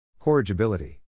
Corrigibility